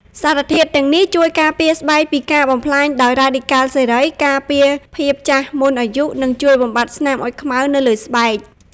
សារធាតុទាំងនេះជួយការពារស្បែកពីការបំផ្លាញដោយរ៉ាឌីកាល់សេរី ការពារភាពចាស់មុនអាយុ និងជួយបំបាត់ស្នាមអុចខ្មៅនៅលើស្បែក។